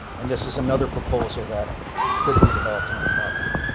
and this is another proposal that could be developed on the property.